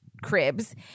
cribs